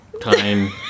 time